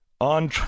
on